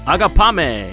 Agapame